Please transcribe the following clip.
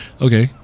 Okay